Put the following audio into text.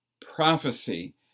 prophecy